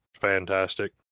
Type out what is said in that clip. fantastic